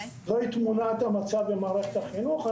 זוהי תמונת המצב במערכת החינוך.